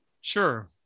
Sure